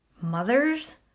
mothers